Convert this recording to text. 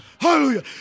Hallelujah